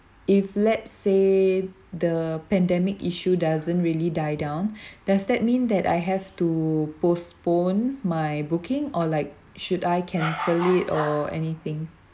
if let's say the pandemic issue doesn't really die down does that mean that I have to postpone my booking or like should I cancel it or anything